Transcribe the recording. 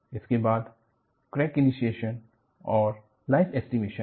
इसके बाद crack initiation और लाइफ ऐस्टीमेशन है